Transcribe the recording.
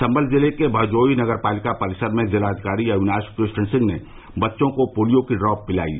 संभल जिले के बहजोई नगर पालिका परिसर में ज़िलाधिकारी अविनाश कृष्ण सिंह ने बच्चों को पोलियो की ड्राप पिलायी